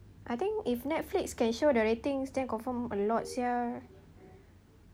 I think if netflix can show the ratings then confirm a lot [sial]